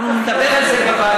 אנחנו נדבר על זה בוועדה,